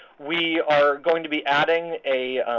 we are going to be adding a